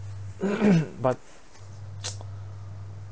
but